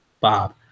Bob